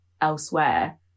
elsewhere